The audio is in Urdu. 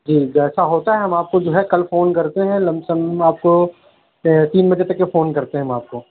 جی جیسا ہوتا ہے ہم آپ کو جو ہے کل فون کرتے ہیں لم سم آپ کو تین بجے تک یہ فون کرتے ہیں ہم آپ کو